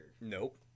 Nope